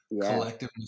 collective